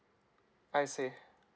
I see